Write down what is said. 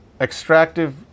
extractive